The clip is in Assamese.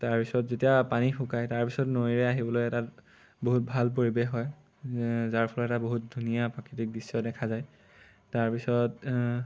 তাৰপিছত যেতিয়া পানী শুকায় তাৰপিছত নৈৰে আহিবলৈ এটা বহুত ভাল পৰিৱেশ হয় যাৰ ফলত এটা বহুত ধুনীয়া প্ৰাকৃতিক দৃশ্য দেখা যায় তাৰপিছত